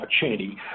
opportunity